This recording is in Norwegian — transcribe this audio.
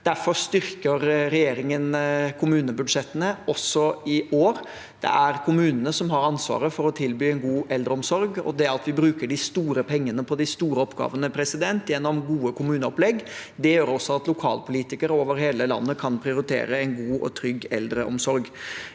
Derfor styrker regjeringen kommunebudsjettene også i år. Det er kommunene som har ansvaret for å tilby god eldreomsorg, og det at vi bruker de store pengene på de store oppgavene gjennom gode kommuneopplegg, gjør også at lokalpolitikere over hele landet kan prioritere en god og trygg eldreomsorg.